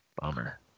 Bummer